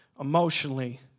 emotionally